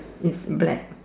is black